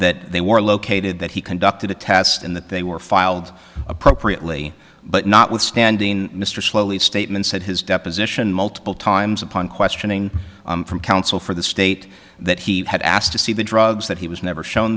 that they were located that he conducted a test and that they were filed appropriately but not withstanding mr slowly statement said his deposition multiple times upon questioning from counsel for state that he had asked to see the drugs that he was never shown